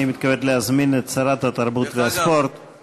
אני מתכבד להזמין את שרת התרבות והספורט --- דרך אגב,